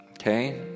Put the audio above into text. okay